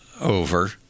over